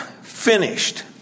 finished